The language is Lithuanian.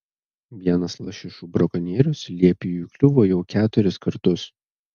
vienas lašišų brakonierius liepiui įkliuvo jau keturis kartus